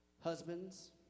husbands